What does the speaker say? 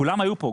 כולם היו פה,